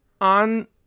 on